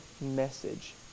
message